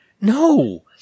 No